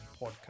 podcast